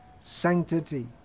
sanctity